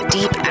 Deep